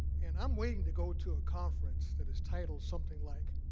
and i'm waiting to go to a conference that is titled something like